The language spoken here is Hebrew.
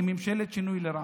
היא ממשלת שינוי לרעה.